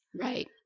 Right